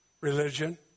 religion